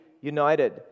united